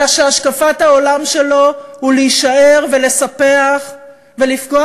אלא השקפת העולם שלו היא להישאר ולספח ולפגוע,